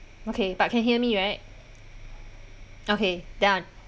okay but can hear me right okay done